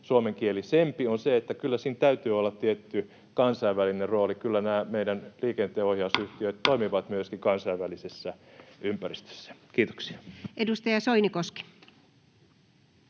suomenkielisempi, on se, että kyllä siinä täytyy olla tietty kansainvälinen rooli, koska kyllä nämä meidän liikenteenohjausyhtiöt toimivat myöskin kansainvälisessä ympäristössä. — Kiitoksia. Edustaja Soinikoski.